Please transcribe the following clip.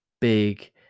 big